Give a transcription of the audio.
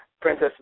Princess